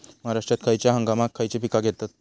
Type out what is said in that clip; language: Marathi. महाराष्ट्रात खयच्या हंगामांत खयची पीका घेतत?